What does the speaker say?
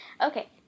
okay